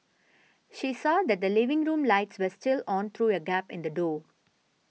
she saw that the living room lights were still on through a gap in the door